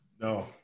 No